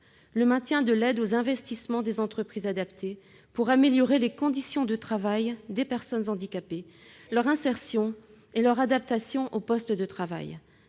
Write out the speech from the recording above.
le maintien de l'aide aux investissements des entreprises adaptées pour améliorer les conditions de travail des personnes handicapées, leur insertion et leur adaptation aux postes de travail.